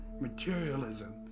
materialism